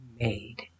made